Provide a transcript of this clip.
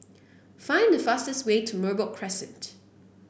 find the fastest way to Merbok Crescent